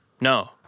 No